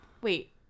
Wait